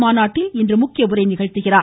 மாநாட்டில் இன்று முக்கிய உரை நிகழ்த்துகிறார்